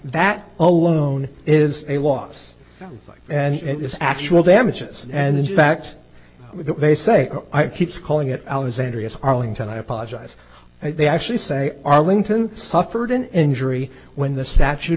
that alone is a loss like and is actual damages and in fact they say i keeps calling it alexandria's arlington i apologize they actually say arlington suffered an injury when the statute